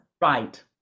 Right